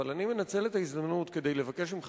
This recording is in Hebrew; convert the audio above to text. אבל אני מנצל את ההזדמנות כדי לבקש ממך